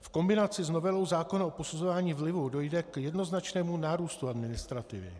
V kombinaci s novelou zákona o posuzování vlivu dojde k jednoznačnému nárůstu administrativy.